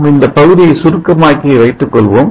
நாம் இந்தப் பகுதியை சுருக்கமாக்கி வைத்துக்கொள்வோம்